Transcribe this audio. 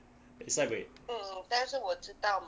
eh sai buay